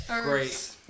Great